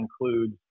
includes